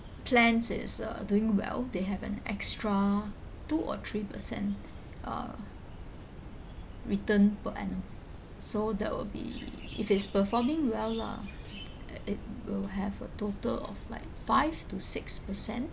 plans is uh doing well they have an extra two or three percent uh return per annum so that would be if it's performing well lah it will have a total of like five to six percent